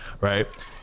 right